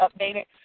updated